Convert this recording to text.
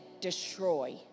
destroy